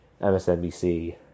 MSNBC